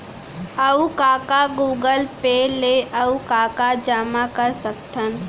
अऊ का का गूगल पे ले अऊ का का जामा कर सकथन?